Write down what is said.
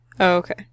okay